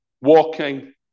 Walking